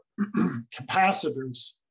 capacitors